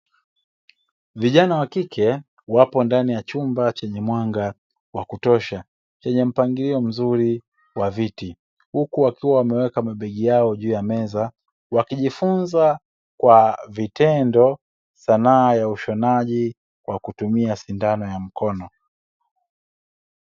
Vijana wa kike wapo ndani ya chumba chenye mwanga wa kutosha chenye mpangilio mzuri wa viti huku wakiwa wameweka mabegi yao juu ya meza wakijifunza kwa vitendo sanaa ya ushonaji kwa kutumia sindano ya mkono wako.